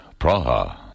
Praha